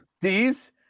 D's